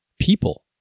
people